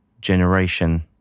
Generation